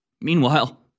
Meanwhile